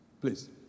please